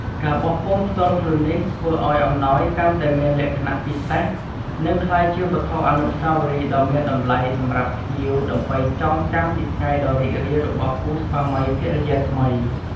ការបោះពុម្ពផ្ទាល់ខ្លួននេះ ធ្វើឲ្យអំណោយកាន់តែមានលក្ខណៈពិសេស និងក្លាយជាវត្ថុអនុស្សាវរីយ៍ដ៏មានតម្លៃសម្រាប់ភ្ញៀវ ដើម្បីចងចាំពីថ្ងៃដ៏រីករាយរបស់គូស្វាមីភរិយាថ្មី។